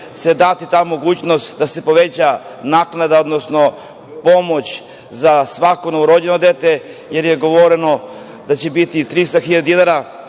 se dati ta mogućnost da se poveća naknada, odnosno pomoć za svako novorođeno dete, jer je rečeno da će biti 300.000 dinara